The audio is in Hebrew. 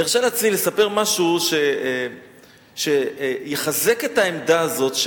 אני ארשה לעצמי לספר משהו שיחזק את העמדה הזאת.